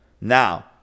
Now